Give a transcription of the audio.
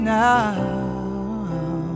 now